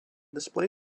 display